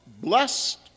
blessed